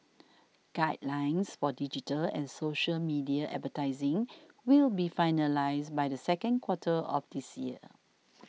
guidelines for digital and social media advertising will be finalised by the second quarter of this year